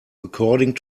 according